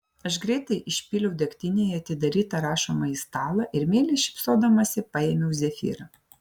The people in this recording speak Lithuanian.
aš greitai išpyliau degtinę į atidarytą rašomąjį stalą ir meiliai šypsodamasi paėmiau zefyrą